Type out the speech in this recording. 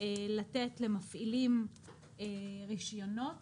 לתת למפעילים רישיונות